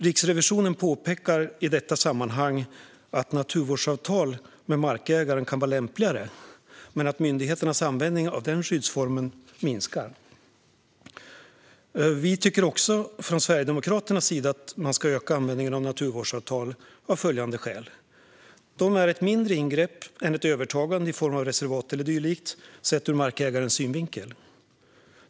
Riksrevisionen påpekar i detta sammanhang på att naturvårdsavtal med markägaren kan vara lämpligare men att myndigheternas användning av den skyddsformen minskar. Vi tycker också från Sverigedemokraternas sida att man ska öka användningen av naturvårdsavtal av följande skäl: De är ett mindre ingrepp än ett övertagande i form av reservat eller dylikt, sett ur markägarens synvinkel.